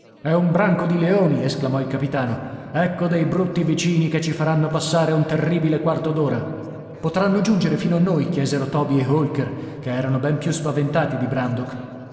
è un branco di leoni esclamò il capitano ecco dei brutti vicini che ci faranno passare un terribile quarto d'ora potranno giungere fino a noi chiesero toby e holker che erano ben più spaventati di brandok